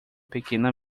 pequena